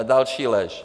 Další lež.